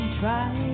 try